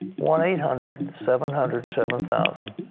one eight hundred seven hundred seven thousand.